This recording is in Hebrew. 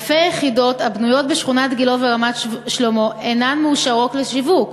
אלפי יחידות הבנויות בשכונת גילה ורמת-שלמה אינן מאושרות לשיווק.